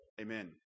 Amen